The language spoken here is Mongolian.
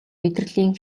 мэдрэлийн